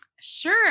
Sure